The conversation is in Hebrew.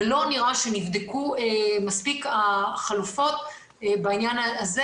ולא נראה שנבדקו מספיק החלופות בעניין הזה.